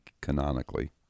canonically